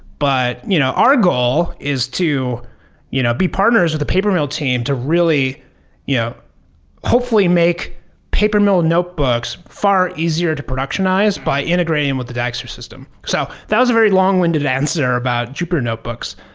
but you know our goal is to you know be partners with the papermill team to really yeah hopefully make papermill notebooks far easier to productionize by integrating with the dagster system. so that was a very long-winded answer about jupiter notebooks.